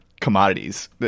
commodities